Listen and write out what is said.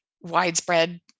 widespread